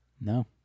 no